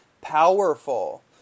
powerful